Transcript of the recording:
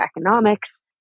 economics